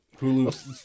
Hulu